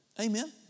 Amen